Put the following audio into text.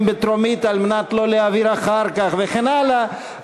בטרומית על מנת לא להעביר אחר כך וכן הלאה,